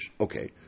Okay